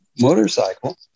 motorcycle